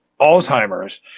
Alzheimer's